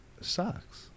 sucks